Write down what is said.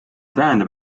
tähendab